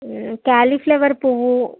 cauliflower పువ్వు